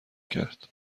کرد